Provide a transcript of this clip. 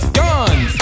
guns